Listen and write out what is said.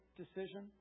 decision